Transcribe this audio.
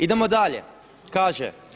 Idemo dalje, kaže.